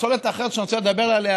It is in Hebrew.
הפסולת האחרת שאני רוצה לדבר עליה היא